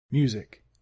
Music